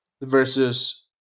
Versus